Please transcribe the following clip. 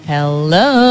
Hello